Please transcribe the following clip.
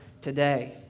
today